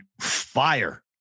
fire